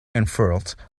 unfurled